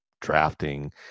drafting